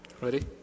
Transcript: Ready